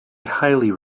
highly